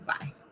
bye